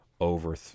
over